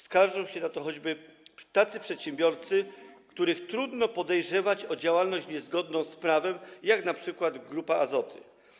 Skarżą się na to chociażby tacy przedsiębiorcy, których trudno podejrzewać o działalność niezgodną z prawem, np. Grupa Azoty.